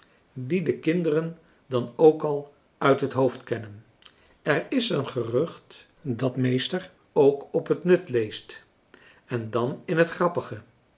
die de kinderen dan ook al uit het hoofd kennen er is een gerucht dat meester ook op het nut leest en dan in het grappige